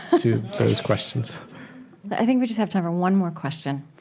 to those questions i think we just have time for one more question